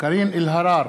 קארין אלהרר,